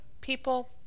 People